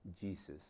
Jesus